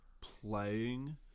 playing